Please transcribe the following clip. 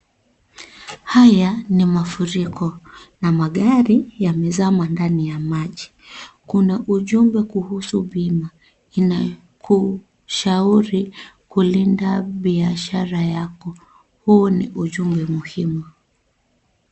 Haya, ni mafuriko na magari yamezama ndani ya maji. Kuna ujumbe kuhusu bima. Inakushauri kulinda biashara yako. Huu ni ujumbe muhimu.